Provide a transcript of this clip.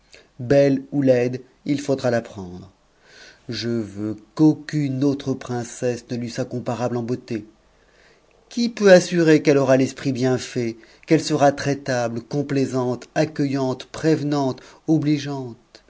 belle ou laide u faudra la prendre je veux qu'aucune autre princesse ne lui soit o parab e en beauté qui peut assurer qu'elle aura l'esprit bien fait q'i eue sera traitante complaisante accueillante prévenante obligeante